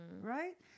right